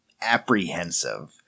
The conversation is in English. apprehensive